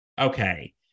Okay